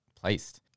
placed